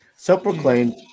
Self-proclaimed